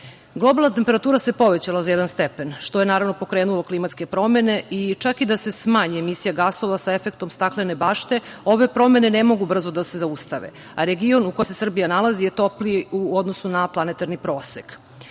Globalna temperatura se povećala za jedan stepen, što je naravno pokrenulo klimatske promene i čak i da se smanji emisija gasova sa efektom staklene bašte ove promene ne mogu brzo da se zaustave, a region u kojem se Srbija nalazi je topliji u odnosu na planetarni prosek. Znači,